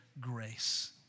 grace